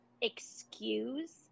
excuse